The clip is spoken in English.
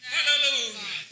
Hallelujah